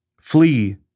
Flee